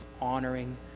honoring